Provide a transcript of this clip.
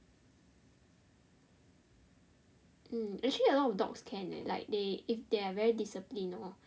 mm actually a lot of dogs can leh like they if they are very discipline hor